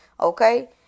okay